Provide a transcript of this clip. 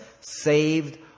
saved